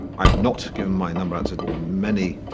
i've not given my number out to many.